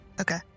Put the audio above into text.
Okay